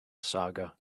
saga